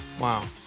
Wow